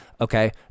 Okay